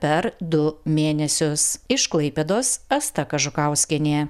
per du mėnesius iš klaipėdos asta kažukauskienė